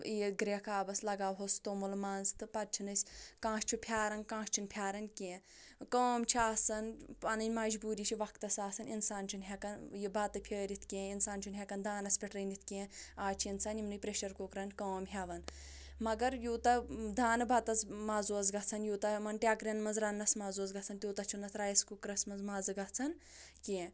یہِ گرٛیٚکھ آبَس لگاوہوس توٚمُل مَنٛز تہٕ پَتہٕ چھِنہٕ أسۍ کانٛہہ چھُ پھیٛاران کانٛہہ چھُنہٕ پھیٛاران کیٚنٛہہ کٲم چھ آسان پَنٕنۍ مجبوری چھِ وَقتَس آسان انسان چھُنہٕ ہیٚکان یہِ بَتہٕ پھیٛٲرِتھ کیٚنٛہہ انسان چھُنہٕ ہیٚکان دانَس پٮ۪ٹھ رٔنِتھ کیٚنٛہہ آز چھُ انسان یِمنٕے پرٛیٚشَر کُکرَن کٲم ہیٚوان مگر یوٗتاہ دانہٕ بَتَس مَزٕ اوس گَژھان یوٗتاہ یِمن ٹیٚکرن مَنٛز رَننَس مَزٕ اوس گَژھان تیٛوٗتاہ چھُنہٕ اتھ رایس کُکرَس مَنٛز مَزٕ گَژھان کیٚنٛہہ